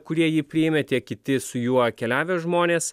kurie jį priėmė tiek kiti su juo keliavę žmonės